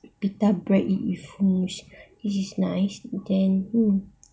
pita bread eat with hummus this is nice we can